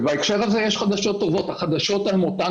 ובהקשר הזה יש חדשות טובות: החדשות על מותן